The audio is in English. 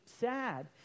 sad